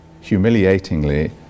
humiliatingly